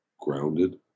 grounded